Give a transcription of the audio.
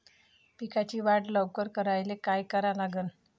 पिकाची वाढ लवकर करायले काय करा लागन?